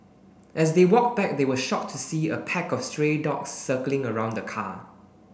as they walked back they were shocked to see a pack of stray dogs circling around the car